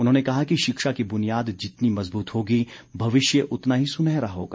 उन्होंने कहा कि शिक्षा की बुनियाद जितनी मजबूत होगी भविष्य उतना ही सुनेहरा होगा